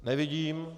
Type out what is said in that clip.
Nevidím.